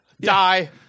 Die